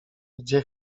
gdzie